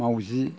माउजि